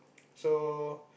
so